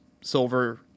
silver